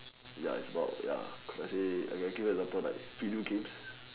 ya it's about ya let's say I give you example like video games